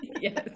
Yes